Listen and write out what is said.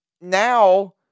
now